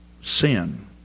sin